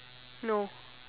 no